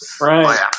Right